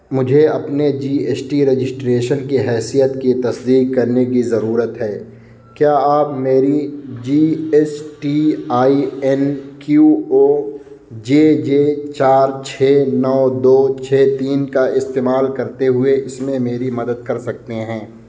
مجھے اپنے G S T registration کی حیثیت کی تصدیق کرنے کی ضرورت ہے کیا آپ میری G S T I N Q O J J چار چھ نو دو چھ تین کا استعمال کرتے ہوئے اس میں میری مدد کر سکتے ہیں